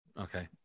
Okay